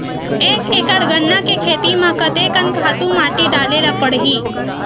एक एकड़ गन्ना के खेती म कते कन खातु माटी डाले ल पड़ही?